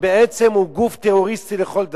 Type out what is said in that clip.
שבעצם זה גוף טרוריסטי לכל דבר.